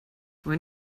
when